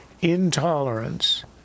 intolerance